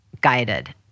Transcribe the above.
guided